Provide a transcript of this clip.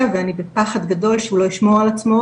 ואני בפחד גדול שהוא לא ישמור על עצמו,